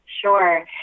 Sure